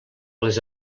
les